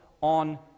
on